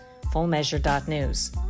fullmeasure.news